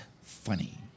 funny